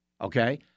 Okay